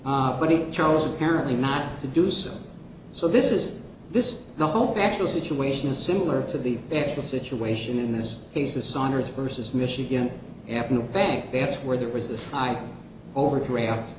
do but he chose apparently not to do so so this is this the whole factual situation is similar to the actual situation in those cases signers versus michigan avenue bank that's where there was this high overdraft